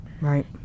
Right